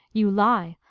you lie.